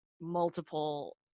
multiple